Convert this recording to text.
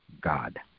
God